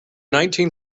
nineteen